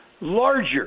larger